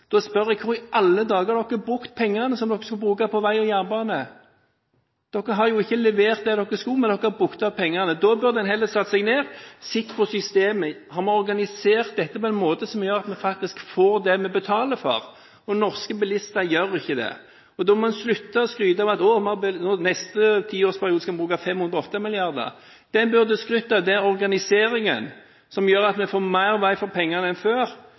Da spør jeg hva i alle dager de har brukt pengene på, som de skulle bruke på vei og jernbane. Dere har ikke levert det dere skulle, men har brukt opp pengene. En burde heller satt seg ned og sett på systemet. Har vi organisert dette på en måte som gjør at vi faktisk får det vi betaler for? Norske bilister gjør ikke det. Da må en slutte å skryte av at en i neste tiårsperiode skal bruke 508 mrd.kr. Det en burde skrytt av, er organiseringen som gjør at vi får mer vei for pengene enn før,